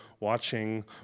watching